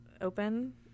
open